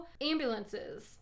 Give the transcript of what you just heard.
ambulances